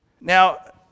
Now